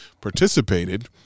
participated